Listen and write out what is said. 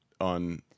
on